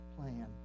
plan